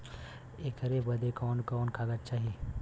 ऐकर बदे कवन कवन कागज चाही?